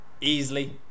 Easily